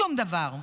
שום דבר.